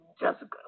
Jessica